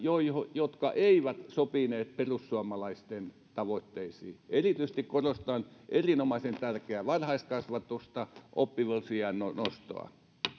jotka eivät sopineet perussuomalaisten tavoitteisiin erityisesti korostan erinomaisen tärkeää varhaiskasvatusta oppivelvollisuusiän nostoa